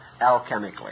alchemically